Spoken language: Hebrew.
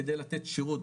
כדי לתת שירות,